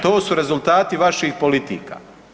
To su rezultati vaših politika.